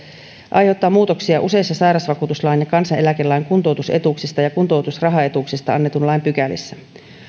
aiheuttaa muutoksia useissa sairausvakuutuslain ja kansaneläkelain kuntoutusetuuksista ja kuntoutusrahaetuuksista annetun lain pykälissä